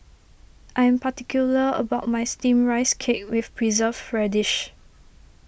I am particular about my Steamed Rice Cake with Preserved Radish